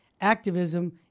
activism